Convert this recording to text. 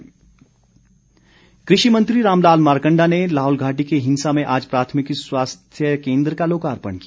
मारकण्डा कृषि मंत्री रामलाल मारकण्डा ने लाहौल घाटी के हिंसा में आज प्राथमिक स्वास्थ्य केन्द्र का लोकार्पण किया